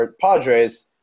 Padres